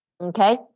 Okay